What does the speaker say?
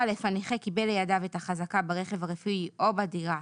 הנכה קיבל לידיו את החזקה ברכב הרפואי או בדירה,